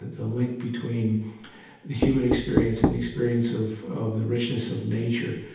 the link between the human experience and the experience of of the richness of nature,